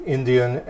Indian